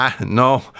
no